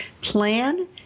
plan